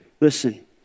Listen